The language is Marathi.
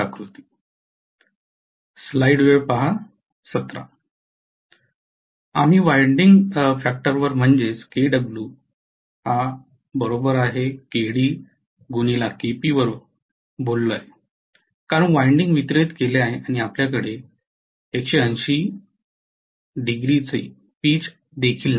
आम्ही वायंडिंग फॅक्टरवर म्हणजेचं kw kd kp वर बोललो कारण वायंडिंग वितरित केलेले आहे आणि आपल्याकडे 1800 ची पिच देखील नाही